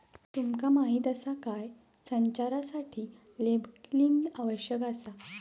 तुमका माहीत आसा काय?, संचारासाठी लेबलिंग आवश्यक आसा